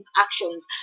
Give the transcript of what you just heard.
actions